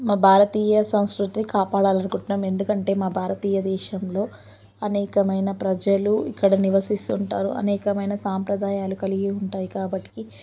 మా భారతీయ సంస్కృతి కాపాడాలనుకుంటున్నాము ఎందుకంటే మా భారతీయ దేశంలో అనేకమైన ప్రజలు ఇక్కడ నివసిస్తుంటారు అనేకమైన సంప్రదాయాలు కలిగి ఉంటాయి కాబట్టి